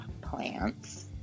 plants